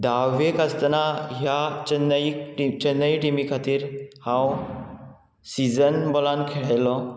दहावेक आसतना ह्या चेन्नई चेन्नई टिमी खातीर हांव सिजन बॉलान खेळयलो